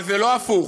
אבל זה לא הפוך,